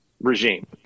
regime